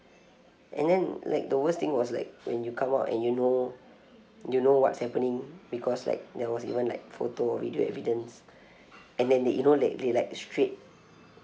and then like the worst thing was like when you come out and you know you know what's happening because like there was even like photo video evidence and then they you know like they like straight